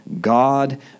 God